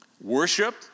Worship